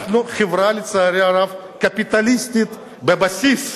אנחנו חברה, לצערי הרב, קפיטליסטית בבסיס.